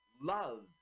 love